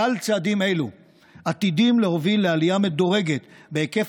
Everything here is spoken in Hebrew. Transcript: כלל הצעדים האלה עתידים להוביל לעלייה מדורגת בהיקף